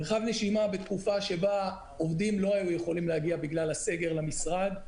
מרחב נשימה בתקופה שבה עובדים לא היו יכולים להגיע בגלל הסגר למשרד,